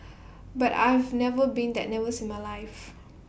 but I've never been that nervous in my life